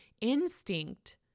instinct